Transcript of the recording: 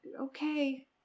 Okay